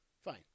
Fine